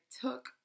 took